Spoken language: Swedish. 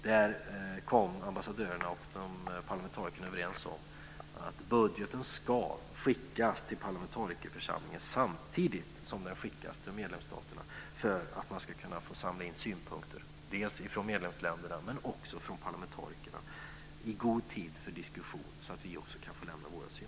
Där kom ambassadörerna och parlamentarikerna överens om att budgeten ska skickas till parlamentarikerförsamlingen samtidigt som den skickas till medlemsstaterna för att man ska kunna få samla in synpunkter, dels från medlemsländerna, dels från parlamentarikerna, i god tid för diskussion, så att vi också kan få lämna våra synpunkter.